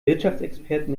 wirtschaftsexperten